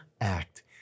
act